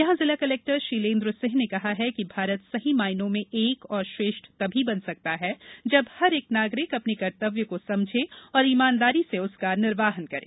यहां जिला कलेक्टर शीलेन्द्र सिंह ने कहा कि भारत सही मायनों में एक और श्रेष्ठ तभी बन सकता है जब हर एक नागरिक अपने कर्तव्यों को समझे और ईमानदारी से उनका निर्वाह करे